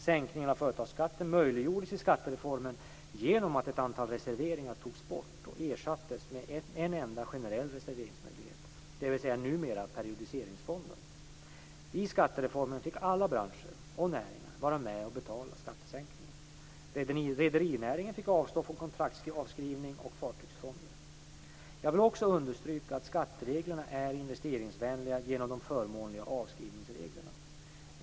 Sänkningen av företagsskatten möjliggjordes i skattereformen genom att ett antal reserveringar togs bort och ersattes med en enda generell reserveringsmöjlighet, dvs. numera periodiseringsfonden. Vid skattereformen fick alla branscher och näringar vara med och betala skattesänkningen. Rederinäringen fick avstå från kontraktsavskrivning och fartygsfonder. Jag vill också understryka att skattereglerna är investeringsvänliga genom de förmånliga avskrivningsreglerna.